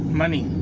money